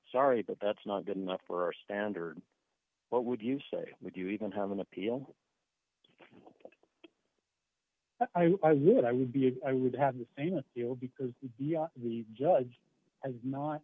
sorry but that's not good enough for standard what would you say would you even have an appeal i would i would be if i would have the same deal because the judge has not